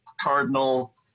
cardinal